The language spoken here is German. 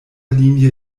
linie